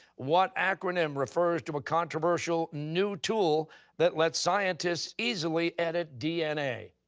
what acronym refers to a controversial new tool that lets scientists easily edit dna?